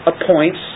appoints